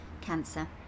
cancer